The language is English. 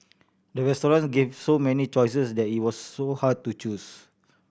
the restaurant gave so many choices that it was so hard to choose